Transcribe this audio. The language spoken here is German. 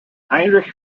heinrich